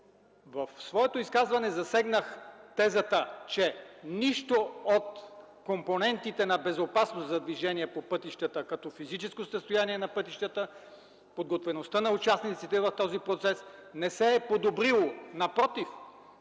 В своето изказване засегнах тезата, че нищо от компонентите на безопасност за движение по пътищата като техническо състояние на пътищата, подготвеността на участниците в този процес не се е подобрило – напротив,